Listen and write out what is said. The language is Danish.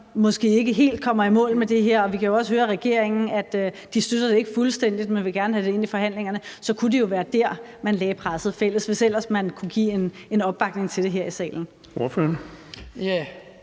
måske ikke helt kommer i mål med det her, og vi kan jo også høre på regeringen, at den ikke støtter det fuldstændigt, men gerne vil have det ind i forhandlingerne. Så kunne det jo være der, man lagde presset fælles, hvis ellers man kunne give en opbakning til det her i salen.